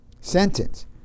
sentence